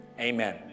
Amen